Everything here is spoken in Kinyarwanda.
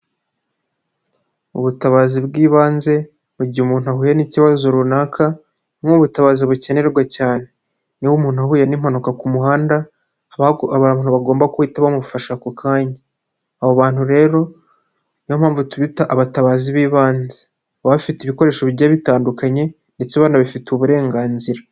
Ubutabazi bw'ibanze mu gihe umuntu ahuye n'ikibazo runaka nk'ubutabazi bukenerwa cyane. Niba umuntu uhuye n'mpanuka ku muhanda abantu bagomba guhita bamufasha ako kanya. Abo bantu rero niyo mpamvu tubita abatabazi b'ibanze, baba bafite ibikoresho bigiye bitandukanye ndetse banabifitiye uburenganzira.